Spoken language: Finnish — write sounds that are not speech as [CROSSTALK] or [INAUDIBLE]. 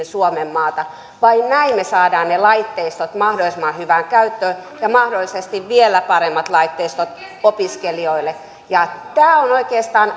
[UNINTELLIGIBLE] suomenmaata vain näin me saamme ne laitteistot mahdollisimman hyvään käyttöön ja mahdollisesti vielä paremmat laitteistot opiskelijoille tämä on oikeastaan [UNINTELLIGIBLE]